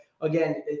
again